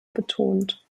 betont